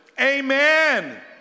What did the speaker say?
Amen